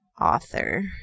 author